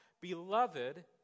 beloved